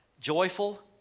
Joyful